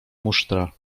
musztra